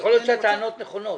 יכול להיות שהטענות כאן נכונות.